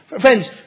Friends